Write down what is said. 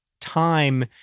time